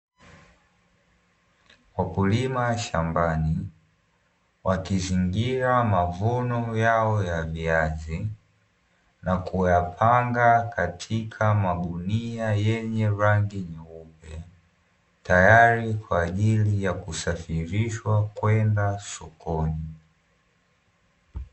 Wakulima shambani wakizingira mavuno yao ya viazi na kuyapanga katika magunia yenye rangi nyeupe, tayari kwa ajili ya kusafirishwa kwenda sokoni.